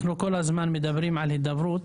אנחנו כל הזמן מדברים על הידברות,